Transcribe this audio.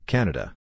Canada